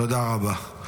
תודה רבה.